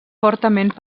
fortament